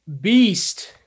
Beast